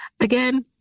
again